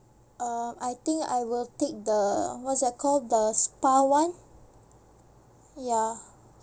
uh I think I will take the what's that called the spa [one] ya